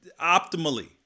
optimally